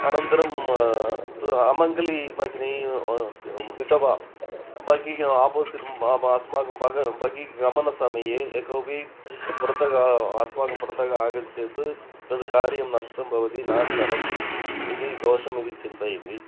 अनन्तरं स अमङ्गलीबहिनी क् विधवा बहिः आपोसिट् म म अस्माकं बग बहिः गमनसमये यः कोपि पुरतः अस्माकं पुरतः आगच्छत् तद् कार्यं नष्टं भवति न चलति इति दोषमिति चिन्तयति